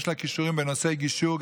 ויש לה כישורים בנושא גישור,